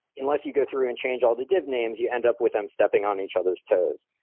unless you go through and change all the div names, you end up with them stepping on each other's toes.